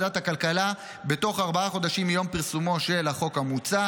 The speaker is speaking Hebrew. הכלכלה בתוך ארבעה חודשים מיום פרסומו של החוק המוצע.